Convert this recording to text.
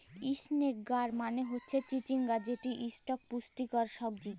ইসনেক গাড় মালে হচ্যে চিচিঙ্গা যেট ইকট পুষ্টিকর সবজি